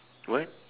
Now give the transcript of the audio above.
what